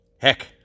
Heck